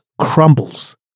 crumbles